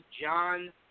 John